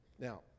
Now